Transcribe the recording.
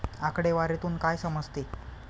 आकडेवारीतून काय समजते?